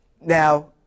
Now